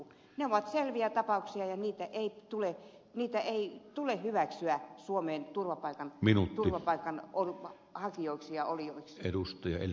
ne ovat selviä tapauksia ja näitä henkilöitä ei tule hyväksyä suomeen turvapaikanhakijoiksi ja täällä olijoiksi